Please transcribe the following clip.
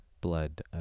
blood